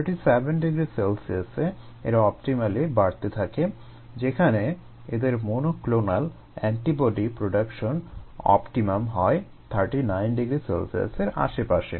37 ºC এ এরা অপটিমালি বাড়তে থাকে যেখানে এদের মনোক্লোনাল এন্টিবডি প্রোডাকশন অপটিমাম হয় 39 ºC এর আশেপাশে